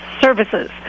Services